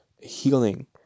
healing